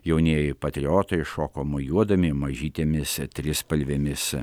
jaunieji patriotai šoko mojuodami mažytėmis trispalvėmis